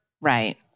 Right